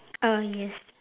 uh yes